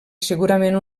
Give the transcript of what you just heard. segurament